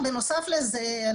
בנוסף לזה,